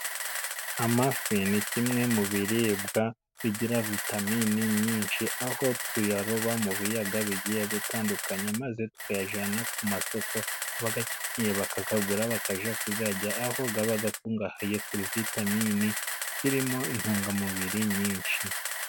Amafi ni kimwe mu biribwa bigira vitaminini nyinshi. Aho tuyaroba mu biyaga bigiye bitandukanye. Maze tukayajyana ku masoko ,abakeneye bakayagura bakajya kuyarya. Aho aba akungahaye kuri vitamine zirimo intungamubiri nyinshi.